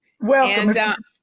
Welcome